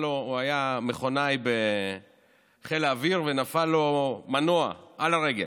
הוא היה מכונאי בחיל האוויר ונפל לו מנוע על הרגל,